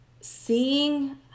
seeing